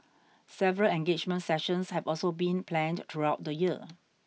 several engagement sessions have also been planned throughout the year